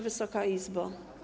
Wysoka Izbo!